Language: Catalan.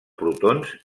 protons